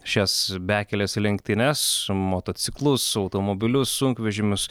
šias bekelės lenktynes motociklus automobilius sunkvežimius